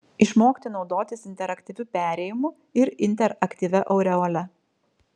išmokti naudotis interaktyviu perėjimu ir interaktyvia aureole